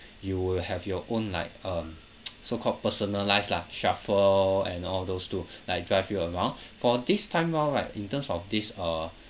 you will have your own like um so-called personalized lah shuffle and all those to like drive you around for this time [one] right in terms of this uh